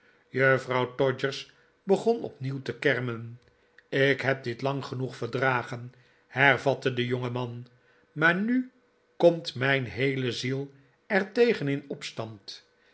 juffrouw todgers begon opnieuw te kermen ik heb dit lang genoeg verdragen hervatte de jongeman maar nu komt mijn heele ziel er tegen in opstand